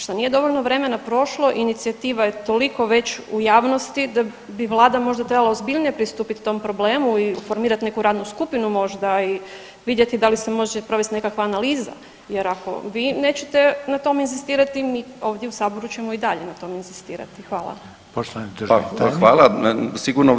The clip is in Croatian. Šta nije dovoljno vremena prošlo, inicijativa je toliko već u javnosti da bi vlada možda trebala ozbiljnije pristupiti tom problemu i formirat neku radnu skupinu možda i vidjeti da li se može provesti nekakva analiza jer ako vi nećete na tom inzistirati mi ovdje u saboru ćemo i dalje na tom inzistirati.